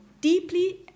deeply